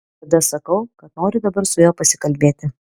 tada sakau kad noriu dabar su juo pasikalbėti